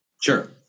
sure